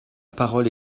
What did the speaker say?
parole